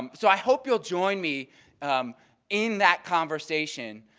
um so i hope you will join me in that conversation.